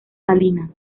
salinas